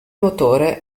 motore